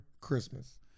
christmas